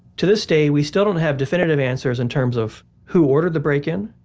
to this day, we still don't have definitive answers in terms of who ordered the break-in,